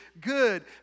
good